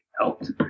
helped